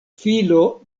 filo